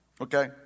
Okay